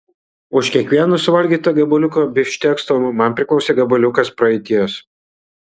už kiekvieną suvalgytą gabaliuką bifštekso man priklausė gabaliukas praeities